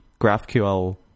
GraphQL